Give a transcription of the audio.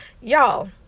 Y'all